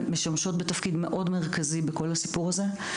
משמשות בתפקיד מאוד מרכזי בכל הסיפור הזה.